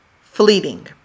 Fleeting